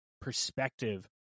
perspective